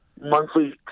monthly